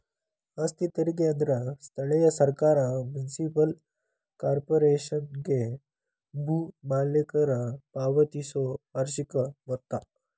ಆಸ್ತಿ ತೆರಿಗೆ ಅಂದ್ರ ಸ್ಥಳೇಯ ಸರ್ಕಾರ ಮುನ್ಸಿಪಲ್ ಕಾರ್ಪೊರೇಶನ್ಗೆ ಭೂ ಮಾಲೇಕರ ಪಾವತಿಸೊ ವಾರ್ಷಿಕ ಮೊತ್ತ